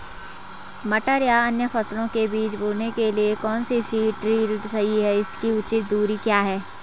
मटर या अन्य फसलों के बीज बोने के लिए कौन सा सीड ड्रील सही है इसकी उचित दूरी क्या है?